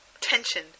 Tension